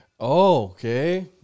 Okay